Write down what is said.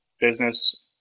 business